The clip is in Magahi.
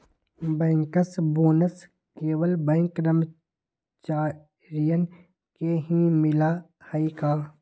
बैंकर्स बोनस केवल बैंक कर्मचारियन के ही मिला हई का?